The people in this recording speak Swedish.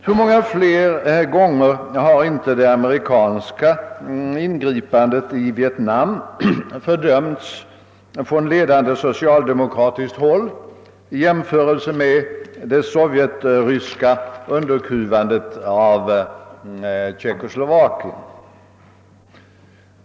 Hur många fler gånger har inte det amerikanska ingripandet i Vietnam fördömts från ledande socialdemokratiskt håll i jämförelse med det sovjetryska underkuvandet av Tjeckoslovakien!